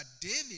David